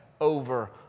over